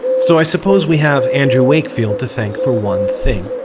so, i suppose we have andrew wakefield to thank for one thing.